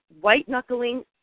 white-knuckling